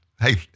Hey